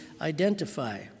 identify